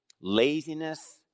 laziness